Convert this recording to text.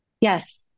Yes